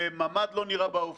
וממ"ד לא נראה באופק.